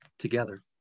together